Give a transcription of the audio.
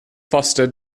foster